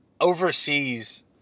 overseas